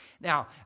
Now